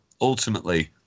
ultimately